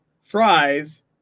fries